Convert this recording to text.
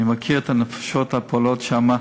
אני מכיר את הנפשות הפועלות שם.